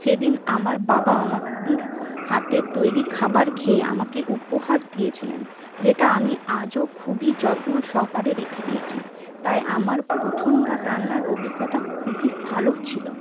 সেদিন আমার বাবা আমার হাতের তৈরি খাবার খেয়ে আমাকে উপহার দিয়েছিলেন যেটা আমি আজও খুবই যত্নসহকারে রেখে দিয়েছি তাই আমার প্রথমবার রান্নার অভিজ্ঞতা খুবই ভালো ছিল